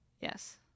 Yes